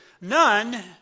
None